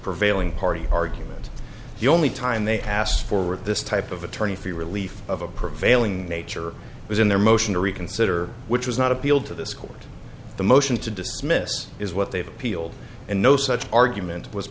prevailing party argument the only time they asked for with this type of attorney for the relief of a prevailing nature was in their motion to reconsider which was not appealed to this court the motion to dismiss is what they've appealed and no such argument was